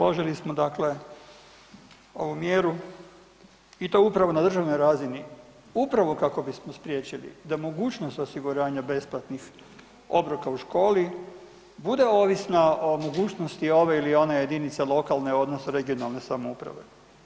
Predložili smo dakle ovu mjeru i to upravo na državnoj razini upravo kako bismo spriječili da mogućnost osiguranja besplatnih obroka u školi bude ovisna o mogućosti ove ili one jedinice lokalne odnosno regionalne samouprave.